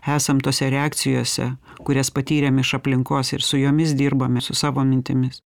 esam tose reakcijose kurias patyrėm iš aplinkos ir su jomis dirbame su savo mintimis